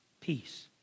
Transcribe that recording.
peace